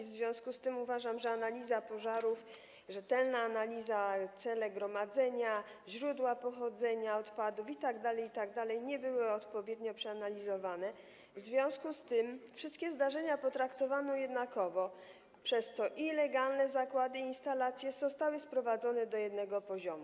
W związku z tym uważam, że jeśli chodzi o analizę pożarów, rzetelną analizę, cele gromadzenia, źródła pochodzenia odpadów itd., itd., nie było to odpowiednio przeanalizowane, i w związku z tym wszystkie zdarzenia potraktowano jednakowo, przez co i legalne zakłady, i instalacje zostały sprowadzone do jednego poziomu.